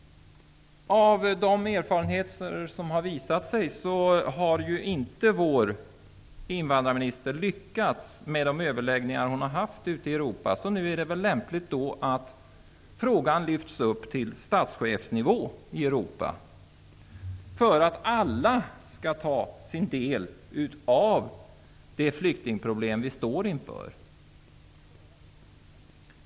Gjorda erfarenheter visar att vår invandrarminister inte har lyckats med de överläggningar som hon har haft ute i Europa. Därför är det väl nu lämpligt att frågan lyfts upp till statschefsnivå i Europa. Det gäller ju att alla tar sin del av de flyktingproblem som vi står inför.